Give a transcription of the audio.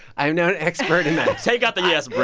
i'm no expert in that take out the yes,